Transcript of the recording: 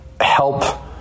help